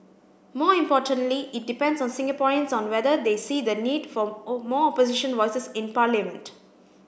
more importantly it depends on Singaporeans on whether they see the need for more opposition voices in parliament